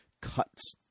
cuts